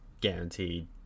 guaranteed